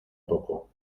poco